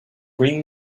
bring